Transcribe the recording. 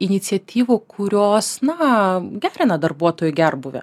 iniciatyvų kurios na gerina darbuotojų gerbūvį